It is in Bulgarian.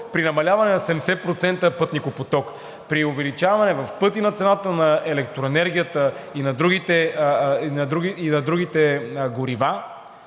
при намаляване на 70% пътникопоток. При увеличаване в пъти на цената електроенергията и на другите горива